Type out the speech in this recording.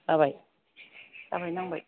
जाबाय जाबाय नांबाय